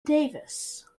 davis